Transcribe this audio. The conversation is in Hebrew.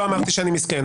אני לא אמרתי שאני מסכן,